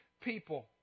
people